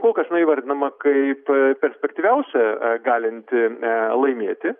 kol kas jinai neįvardinama kaip perspektyviausia a galinti a laimėti